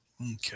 Okay